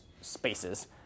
spaces